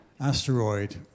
asteroid